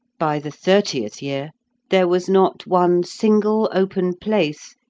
by the thirtieth year there was not one single open place,